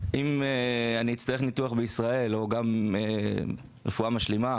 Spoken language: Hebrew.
זה שאם אני אצטרך ניתוח בישראל או גם רפואה משלימה